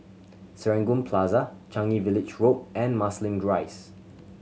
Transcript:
Serangoon Plaza Changi Village Road and Marsiling Rise